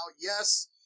yes